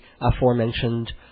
aforementioned